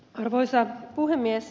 arvoisa puhemies